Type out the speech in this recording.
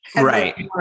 Right